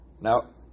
Now